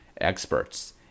experts